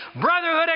brotherhood